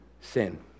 sin